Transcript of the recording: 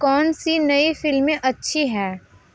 कौन सी नई फ़िल्में अच्छी हैं